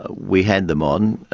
we hand them on.